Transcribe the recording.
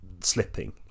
slipping